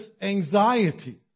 anxiety